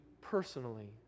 personally